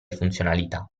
funzionalità